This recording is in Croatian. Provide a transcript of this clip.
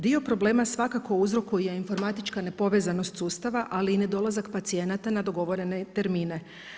Dio problema svakako uzrokuje informatička nepovezanost sustava ali i ne dolazak pacijenata na dogovorene termine.